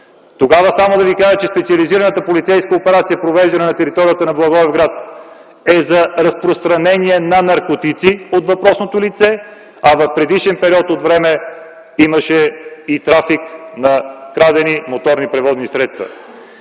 Тогава, само да ви припомня - специализираната полицейска операция, провеждана на територията на Благоевград, е за разпространение на наркотици от въпросното лице, а в предишен период от време имаше и трафик на крадени моторни превозни средства.